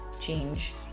change